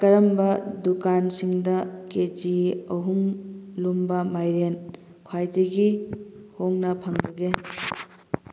ꯀꯔꯝꯕ ꯗꯨꯀꯥꯟꯁꯤꯡꯗ K G ꯑꯍꯨꯝ ꯂꯨꯝꯕ ꯃꯥꯏꯔꯦꯟ ꯈ꯭ꯋꯥꯏꯗꯒꯤ ꯍꯣꯡꯅ ꯐꯪꯕꯒꯦ